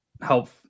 help